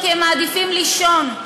כי הם מעדיפים לישון.